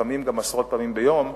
לפעמים גם עשרות פעמים ביום,